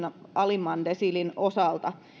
alimman desiilin osalta